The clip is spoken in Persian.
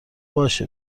باشه